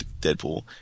Deadpool